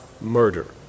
murder